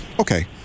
Okay